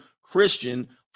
Christian